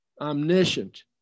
omniscient